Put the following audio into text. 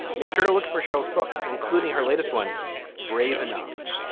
make sure to look for cheryl's books including her latest one brave enough.